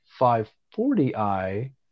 540i